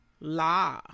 La